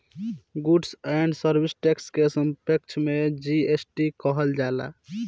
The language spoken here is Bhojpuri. गुड्स एण्ड सर्विस टैक्स के संक्षेप में जी.एस.टी कहल जाला